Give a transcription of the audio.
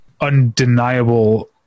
undeniable